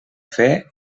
fer